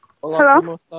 Hello